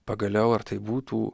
pagaliau ar tai būtų